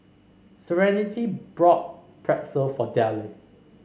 Serenity bought Pretzel for Dayle